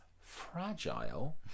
fragile